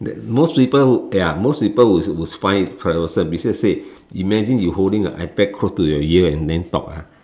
most people would ya most people would would find it troublesome because say imagine you holding a i Pad close to your ear and then talk ah